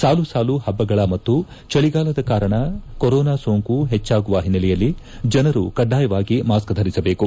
ಸಾಲು ಸಾಲು ಹಬ್ಬಗಳ ಮತ್ತು ಚಳಿಗಾಲದ ಕಾರಣ ಕೊರೋನಾ ಸೋಂಕು ಹೆಚ್ಚಾಗುವ ಹಿನ್ನೆಲೆಯಲ್ಲಿ ಜನರು ಕಡ್ಡಾಯವಾಗಿ ಮಾಸ್ಕ್ ಧರಿಸಬೇಕು